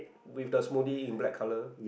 with the smoothie in black colour